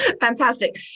fantastic